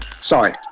Sorry